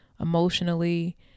emotionally